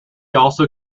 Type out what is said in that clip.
also